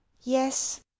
yes